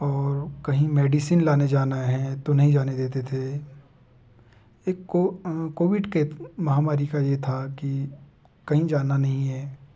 और कहीं मेडिसिन लाने जाना है तो नहीं जाने देते थे एक को कोविड केप महामारी का ये था कि कहीं जाना नहीं है